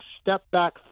step-back